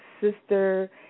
sister